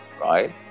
right